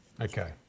Okay